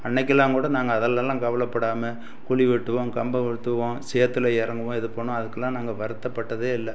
அன்றைக்குலாம் கூட நாங்கள் அதுலெலாம் கவலைப்படாமல் குழி வெட்டுவோம் கம்பம் வீழ்த்துவோம் சேற்றுல இறங்குவோம் இது பண்ணுவோம் அதுக்கெலாம் நாங்கள் வருத்தப்பட்டதே இல்லை